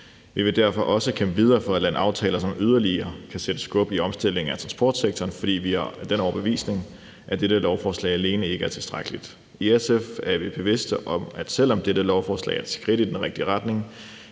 Vi vil derfor også kæmpe videre for at lande aftaler, som yderligere kan sætte skub i omstillingen af transportsektoren, fordi vi er af den overbevisning, at dette lovforslag alene ikke er tilstrækkeligt. I SF er vi bevidste om, at selv om dette lovforslag er et skridt i den rigtige retning,